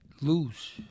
lose